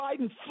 Biden